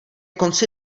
konci